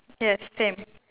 yes same